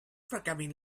programming